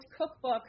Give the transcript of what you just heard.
cookbook